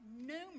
numerous